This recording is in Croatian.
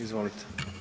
Izvolite.